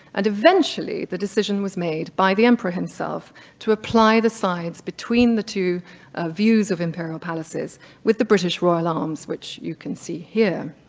and eventually the decision was made by the emperor himself to apply the sides between the two ah views of imperial palaces with the british royal arms which you can see here.